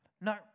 no